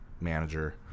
manager